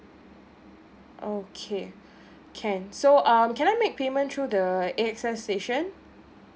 okay can so um can I make payment through the A_X_S station